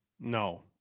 No